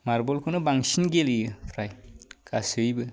मार्बलखौनो बांसिन गेलेयो फ्राइ गासैबो